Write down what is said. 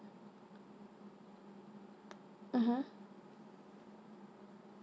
mmhmm